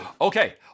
Okay